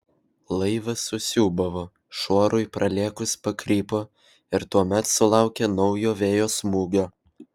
laivas susiūbavo šuorui pralėkus pakrypo ir tuomet sulaukė naujo vėjo smūgio